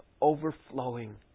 overflowing